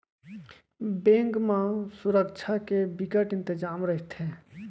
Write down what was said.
bank म सुरक्छा के बिकट इंतजाम रहिथे